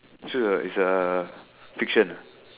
so it's a it's a fiction ah